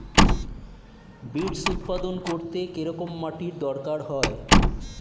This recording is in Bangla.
বিটস্ উৎপাদন করতে কেরম মাটির দরকার হয়?